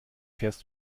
fährst